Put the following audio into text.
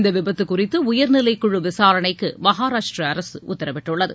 இந்தவிபத்துகுறித்துடயர்நிலைக்குழுவிசாரணைக்குமகாராஷ்ட்டிர அரசுடத்தரவிட்டுள்ளது